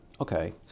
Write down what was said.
Okay